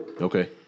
Okay